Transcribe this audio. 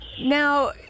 Now